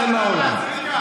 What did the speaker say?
צא מהאולם.